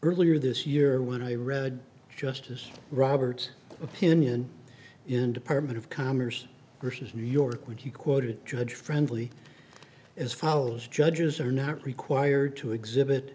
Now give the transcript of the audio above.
earlier this year when i read justice roberts opinion in department of commerce vs new york when he quoted judge friendly as follows judges are not required to exhibit